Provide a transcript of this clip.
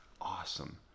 awesome